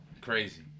crazy